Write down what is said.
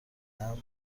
امر